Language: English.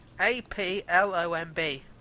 A-P-L-O-M-B